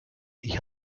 ich